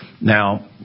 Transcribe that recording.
Now